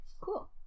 Cool